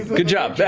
good job, yeah